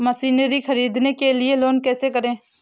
Machinery ख़रीदने के लिए लोन कैसे करें?